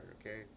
Okay